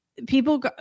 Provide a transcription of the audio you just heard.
People